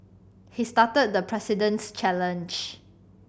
he started the President's challenge